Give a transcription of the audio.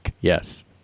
yes